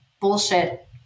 bullshit